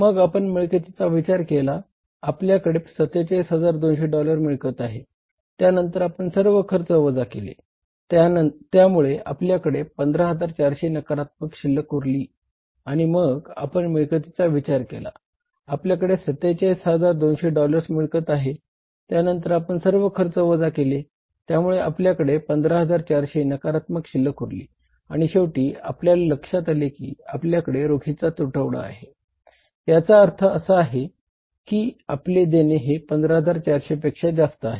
मग आपण मिळकतीचा विचार केला आपल्याकडे 47200 डॉलर्स मिळकत आहे त्यानंतर आपण सर्व खर्च वजा केले त्यामुळे आपल्याकडे 15400 नकारात्मक शिल्लक उरली आणि मग आपण मिळकतीचा विचार केला आपल्याकडे 47200 डॉलर्स मिळकत आहे त्यानंतर आपण सर्व खर्च वजा केले त्यामुळे आपल्याकडे 15400 नकारात्मक शिल्लक उरली आणि शेवटी आपल्याला लक्षात आलेकी आपल्याकडे रोखीचा तुटवडा आहे याचा अर्थ असा आहे की आपले देणे हे 15400 पेक्षाही जास्त आहे